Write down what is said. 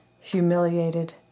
humiliated